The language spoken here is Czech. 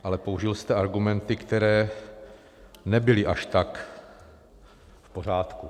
Ale použil jste argumenty, které nebyly až tak v pořádku.